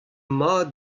mat